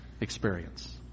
experience